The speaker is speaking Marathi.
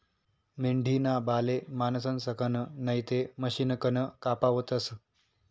मेंढीना बाले माणसंसकन नैते मशिनकन कापावतस